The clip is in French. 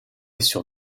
sur